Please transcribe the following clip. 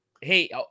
hey